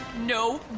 No